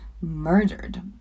murdered